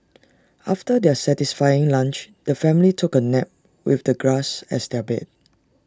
after their satisfying lunch the family took A nap with the grass as their bed